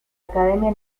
academia